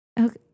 Okay